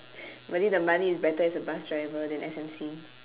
really the money is better as a bus driver than S_M_C